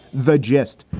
the gist?